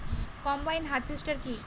Combine harvester কি?